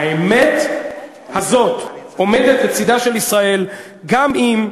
האמת הזאת עומדת לצדה של ישראל גם אם,